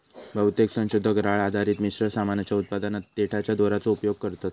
बहुतेक संशोधक राळ आधारित मिश्र सामानाच्या उत्पादनात देठाच्या दोराचो उपयोग करतत